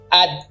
add